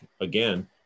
again